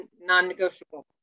non-negotiable